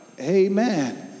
amen